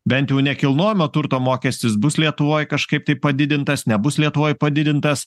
bent jau nekilnojamo turto mokestis bus lietuvoj kažkaip tai padidintas nebus lietuvoj padidintas